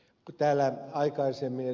kun täällä aikaisemmin ed